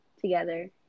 together